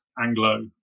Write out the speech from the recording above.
Anglo